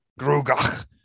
Grugach